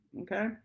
okay